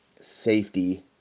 safety